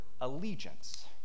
allegiance